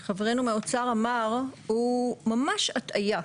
מה שחברנו מהאוצר אמר הוא ממש הטעיה.